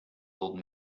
old